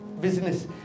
business